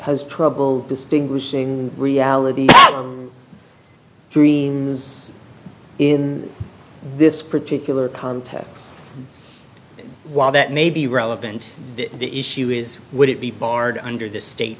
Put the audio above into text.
has trouble distinguishing reality dreams in this particular context while that may be relevant the issue is would it be barred under the state